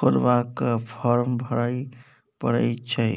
खोलबाक फार्म भरय परय छै